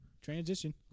Transition